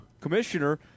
commissioner